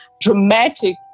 dramatic